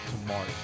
tomorrow